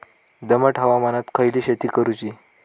दमट हवामानात खयली शेती करूची?